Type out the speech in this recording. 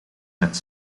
met